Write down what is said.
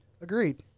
agreed